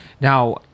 now